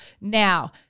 Now